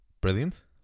Brilliant